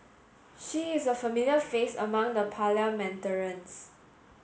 she is a familiar face among the parliamentarians